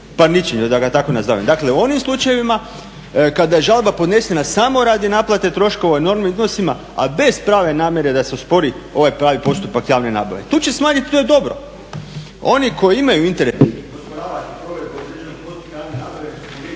parničenju, da ga tako nazovem. Dakle, u onim slučajevima kada je žalba podnesena samo radi naplate troškova u enormnim iznosima a bez prave namjere da se uspori ovaj pravi postupak javne nabave. Tu će smanjiti to je dobro. Oni koji imaju …